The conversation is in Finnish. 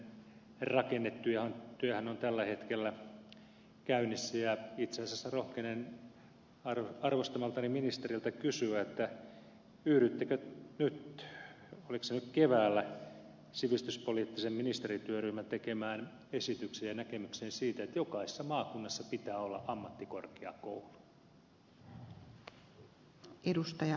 niitten rakennetyöhän on tällä käynnissä ja itse asiassa rohkenen arvostamaltani ministeriltä kysyä yhdyttekö nyt oliko se nyt keväällä sivistyspoliittisen ministerityöryhmän tekemään esitykseen ja näkemykseen siitä että jokaisessa maakunnassa pitää olla ammattikorkeakoulu